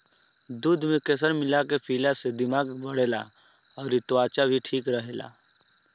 दूध में केसर मिला के पियला से दिमाग बढ़ेला अउरी त्वचा भी ठीक रहेला